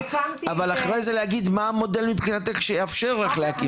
אבל אחרי זה להגיד מה המודל מבחינתך שיאפשר לך להקים.